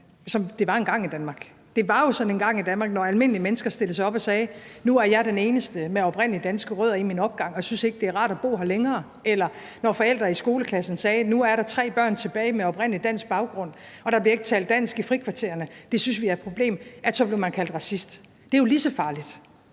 det var engang i Danmark. Det var jo sådan engang i Danmark, at når almindelige mennesker stillede sig op og sagde, at de nu er den eneste med oprindelige danske rødder i deres opgang, og at de ikke synes, det er rart at bo der længere, eller når forældre i skoleklassen sagde, at der nu er tre børn tilbage med oprindelig dansk baggrund, at der ikke bliver talt dansk i frikvartererne, og at de synes, det er et problem, så blev de kaldt racister. Det er jo lige så farligt.